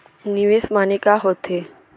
निवेश माने का होथे?